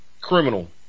criminal